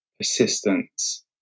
assistance